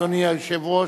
אדוני היושב-ראש,